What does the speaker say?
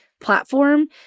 platform